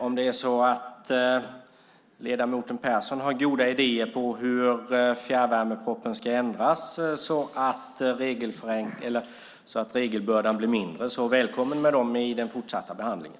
Om ledamoten Persson har goda idéer om hur fjärrvärmepropositionen ska ändras så att regelbördan blir mindre är han välkommen att ta upp dem i den fortsatta behandlingen.